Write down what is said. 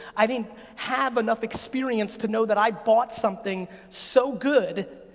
i didn't have enough experience to know that i bought something so good,